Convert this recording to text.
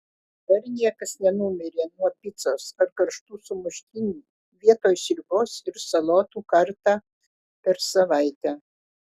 dar niekas nenumirė nuo picos ar karštų sumuštinių vietoj sriubos ir salotų kartą per savaitę